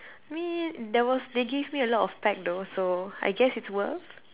mean there was they give me a lot of packs though so I guess it's worth